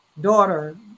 daughter